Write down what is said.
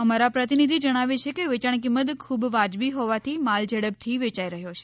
અમારા પ્રતિનિધિ જણાવે છે કે વેચાણ કિંમત ખૂબ વાજબી હોવાથી માલ ઝડપ થી વેચાઈ રહ્યો છે